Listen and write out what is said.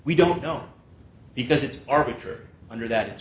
we don't know because it's arbitrary under that